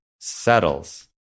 settles